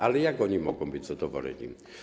Ale jak oni mogą być zadowoleni?